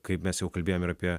kaip mes jau kalbėjom ir apie